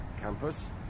campus